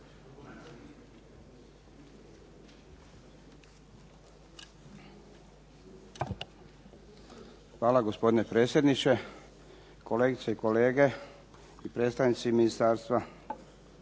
Hvala gospodine predsjedniče, kolegice i kolege i predstavnici ministarstva.